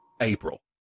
April